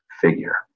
figure